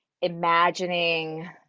imagining